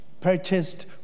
purchased